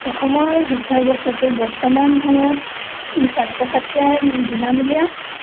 অসমৰ শিক্ষা ব্যৱস্থাটো বৰ্তমান সময়ত ছাত্ৰ ছাত্ৰীয়ে বিনামূলীয়া